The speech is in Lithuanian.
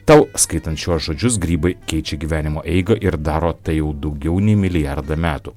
tau skaitant šiuos žodžius grybai keičia gyvenimo eigą ir daro tai jau daugiau nei milijardą metų